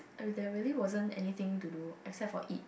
oh there really wasn't anything to do except for eat